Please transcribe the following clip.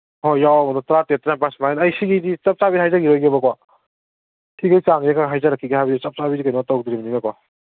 ꯍꯣꯏ ꯌꯥꯝꯃꯕꯗ ꯇ꯭ꯔꯥꯇꯦꯠ ꯇ꯭ꯔꯥꯟꯄꯥꯟ ꯁꯨꯃꯥꯏꯅ ꯑꯩ ꯁꯤꯒꯤꯗꯤ ꯆꯞ ꯆꯥꯕꯤ ꯍꯥꯏꯖꯒꯤꯔꯣꯏꯒꯦꯕꯀꯣ ꯁꯤꯡꯈꯩ ꯆꯥꯡꯁꯤꯈꯛ ꯍꯥꯏꯖꯔꯛꯈꯤꯒꯦ ꯍꯤꯕꯗꯤ ꯆꯞ ꯆꯥꯕꯤꯗꯤ ꯀꯩꯅ ꯇꯧꯗ꯭ꯔꯤꯕꯅꯤꯅꯀꯣ